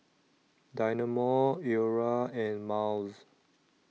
Dynamo Iora and Miles